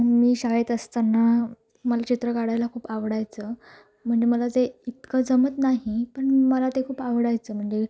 मी शाळेत असताना मला चित्र काढायला खूप आवडायचं म्हणजे मला ते इतकं जमत नाही पण मला ते खूप आवडायचं म्हणजे